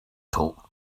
talk